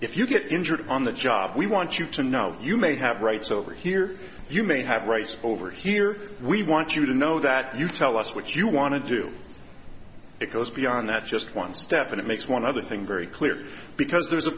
if you get injured on the job we want you to know you may have rights over here you may have rights over here we want you to know that you tell us what you want to do it goes beyond that just one step and it makes one other thing very clear because there